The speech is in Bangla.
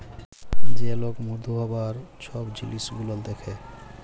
যে লক মধু হ্যবার ছব জিলিস গুলাল দ্যাখে